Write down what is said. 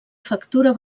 factura